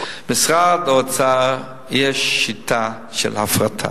במשרד האוצר יש שיטה של הפרטה,